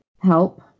help